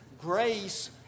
grace